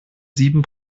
sieben